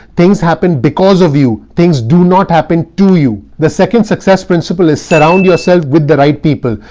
things happen because of you. things do not happen to you. the second success principle is surround yourself with the right people.